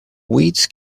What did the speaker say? weeds